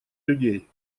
людей